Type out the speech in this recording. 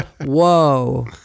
Whoa